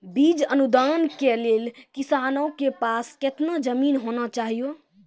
बीज अनुदान के लेल किसानों के पास केतना जमीन होना चहियों?